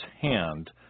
hand